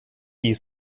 die